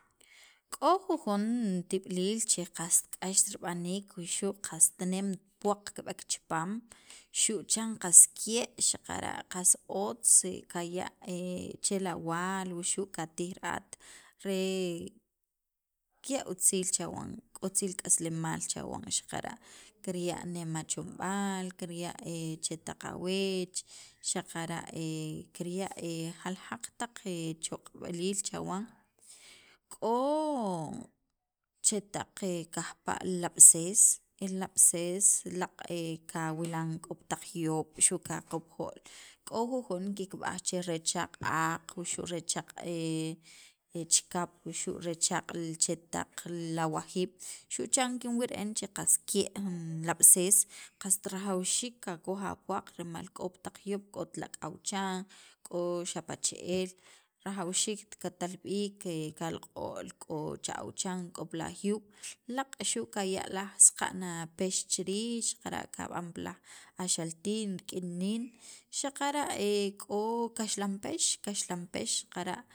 k'o jujon tib'iliil che qast k'ax rib'aniik wuxu' qast nem puwaq kib'eek chipaam xu' chan qas ke' xaqara' qas otz kaya' che la waal wuxu' qatij ra'at re kirya' otziil chawan, otziil k'aslemaal chawan xaqara' kirya' nem achomb'aal, kirya' chetaq aweech xaqara' kirya' jaljaq taq choq'b'aliil chawan, k'o chetaq kajpa' lab'tzees, e lab'tzees laaq' kawilan k'o pi taq juyob' xu' qa qupjo'l k'o jujon kikb'aj che rechaaq' aaq wuxu' rechaaq' chikap wuxu' rechaaq' li chetaq, li awajiib xu' chan kinwil re'en qas ke' jun lab'tzees, qast rajawxiik qakoj apuwaq rimal k'o pi taq juyob' k'o talak' awuchan k'o xapa' che'el rajawxiikt katal b'iik ke kalaq'o'l k'o cha awuchan k'o pi ajuyub' laaq' xu' kaya' saqa'n apex chi riij xaqara' kab'an pi laj axaltiin rik'in niin xaqara' k'o kaxlanpex, kaxlanpex xaqara'